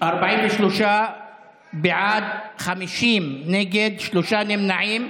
43 בעד, 50 נגד, שלושה נמנעים.